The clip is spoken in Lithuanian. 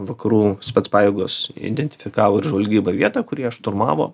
vakarų specpajėgos identifikavo ir žvalgyba vietą kur jie šturmavo